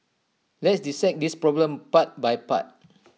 let's dissect this problem part by part